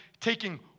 taking